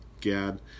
Gad